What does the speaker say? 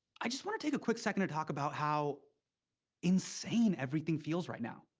i just want to take a quick second to talk about how insane everything feels right now.